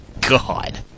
God